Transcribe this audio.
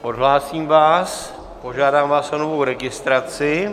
Odhlásím vás a požádám vás o novou registraci.